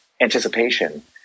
anticipation